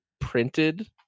printed